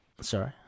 Sorry